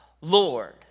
Lord